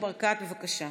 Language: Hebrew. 1965,